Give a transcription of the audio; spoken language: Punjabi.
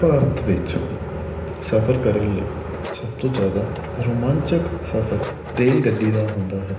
ਭਾਰਤ ਵਿੱਚ ਸਫ਼ਰ ਕਰਨ ਲਈ ਸਭ ਤੋਂ ਜ਼ਿਆਦਾ ਰੋਮਾਂਚਕ ਸਫ਼ਰ ਰੇਲ ਗੱਡੀ ਦਾ ਹੁੰਦਾ ਹੈ